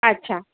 अच्छा